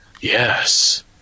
Yes